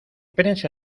prensa